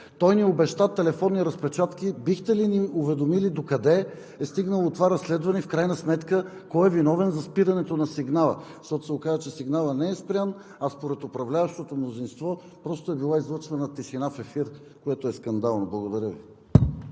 той ни обеща телефонни разпечатки, но бихте ли ни уведомили: докъде е стигнало това разследване и в крайна сметка кой е виновен за спирането на сигнала? Оказва се, че сигналът не е спрян, а според управляващото мнозинство просто е била излъчвана „тишина в ефир“, което е скандално. Благодаря Ви.